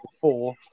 four